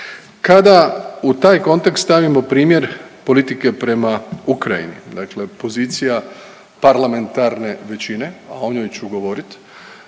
Kada u taj kontekst stavimo primjer politike prema Ukrajini, dakle pozicija parlamentarne većine, a o njoj ću govorit